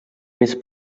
més